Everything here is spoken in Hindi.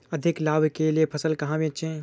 अधिक लाभ के लिए फसल कहाँ बेचें?